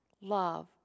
love